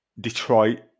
Detroit